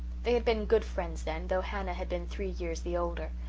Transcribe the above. they had been good friends then, though hannah had been three years the older.